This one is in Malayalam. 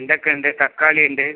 വെണ്ടക്ക ഉണ്ട് തക്കാളി ഉണ്ട്